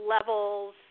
levels